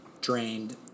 drained